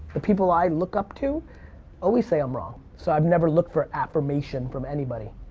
the people i look up to always say i'm wrong. so i've never looked for affirmation from anybody.